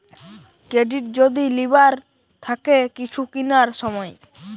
credit যদি লিবার থাকে কিছু কিনার সময়